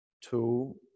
two